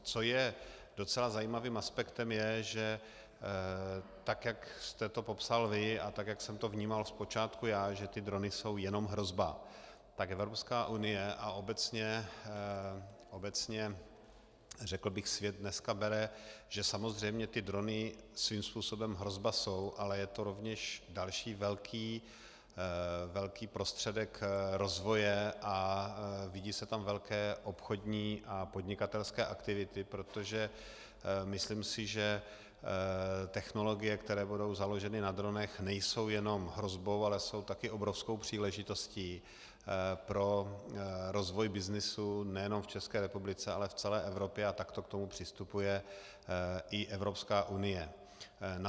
Co je docela zajímavým aspektem, je, že tak jak jste to popsal vy a tak jak jsem to vnímal zpočátku já, že drony jsou jenom hrozba, tak EU a obecně řekl bych svět dneska bere, že samozřejmě drony svým způsobem hrozba jsou, ale je to rovněž další velký prostředek rozvoje a vidí se tam velké obchodní a podnikatelské aktivity, protože myslím si, že technologie, které budou založeny na dronech, nejsou jenom hrozbou, ale jsou také obrovskou příležitostí pro rozvoj byznysu nejenom v ČR, ale v celé Evropě, a takto k tomu přistupuje i EU.